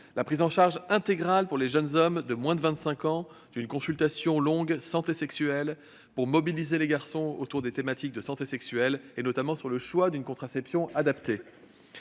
la prise en charge intégrale, pour les jeunes hommes de moins de 25 ans, d'une consultation longue en santé sexuelle, afin de mobiliser les garçons autour des thématiques de santé sexuelle, notamment sur le choix d'une contraception adaptée,